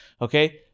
okay